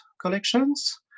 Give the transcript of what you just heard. collections